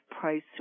price